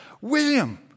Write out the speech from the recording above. William